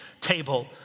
table